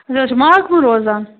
أسۍ حظ چھِ ماٹ پوٗر روزان